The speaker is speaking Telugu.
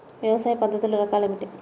వ్యవసాయ పద్ధతులు రకాలు ఏమిటి?